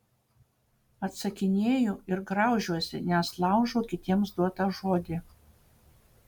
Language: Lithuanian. atsakinėju ir graužiuosi nes laužau kitiems duotą žodį